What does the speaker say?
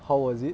how was it